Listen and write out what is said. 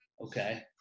Okay